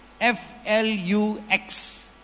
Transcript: F-L-U-X